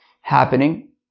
happening